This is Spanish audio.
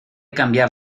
cambiar